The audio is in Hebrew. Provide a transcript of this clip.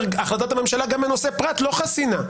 שהחלטת הממשלה גם בנושא פרט לא חסינה.